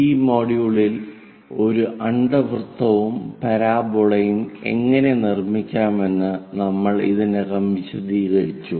ഈ മൊഡ്യൂളിൽ ഒരു അണ്ഡവൃത്തവും പരാബോളയും എങ്ങനെ നിർമ്മിക്കാമെന്ന് നമ്മൾ ഇതിനകം വിശദീകരിച്ചു